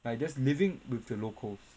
like just living with the locals